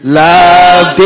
love